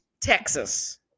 texas